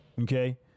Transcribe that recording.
Okay